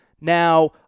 Now